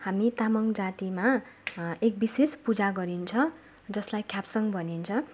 हामी तामाङ जातिमा एक विशेष पूजा गरिन्छ जसलाई ख्याप्साङ भनिन्छ